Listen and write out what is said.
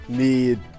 need